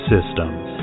Systems